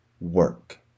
work